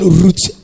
roots